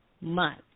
month